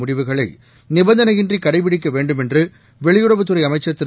முடிவுகளை நிபந்தனையின்றி கடைபிடிக்க வேண்டும் என்று வெளியுறவுத்துறை அமைச்சர் திரு